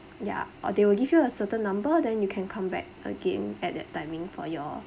ya or they will give you a certain number then you can come back again at that timing for your